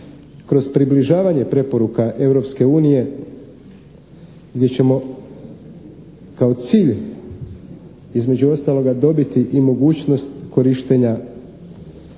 kroz približavanje preporuka Europske unije gdje ćemo kao cilj između ostaloga dobiti i mogućnost korištenja